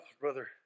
brother